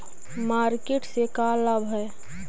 Market से का लाभ है?